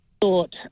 thought